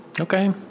Okay